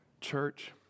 Church